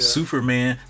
Superman